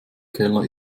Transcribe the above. keller